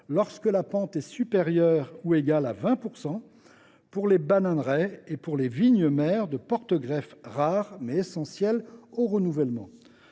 lorsque la pente est supérieure ou égale à 20 %, pour les bananeraies et pour les vignes mères de porte greffes, rares, mais essentielles au renouvellement